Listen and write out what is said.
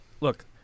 look